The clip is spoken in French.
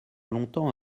longtemps